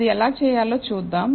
అది ఎలా చేయాలో చూద్దాం